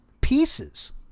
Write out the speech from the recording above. pieces